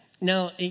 Now